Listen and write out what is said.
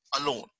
alone